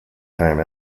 time